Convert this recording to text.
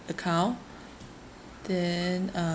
account then uh